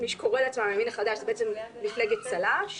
מי שקורא לעצמו הימין החדש הוא בעצם מפלגת צל"ש